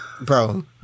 Bro